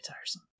tiresome